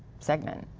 segment.